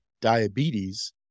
diabetes